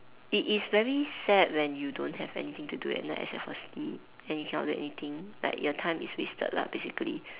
it is very sad when you don't have anything to do at night except for sleep and you cannot do anything like your time is wasted lah basically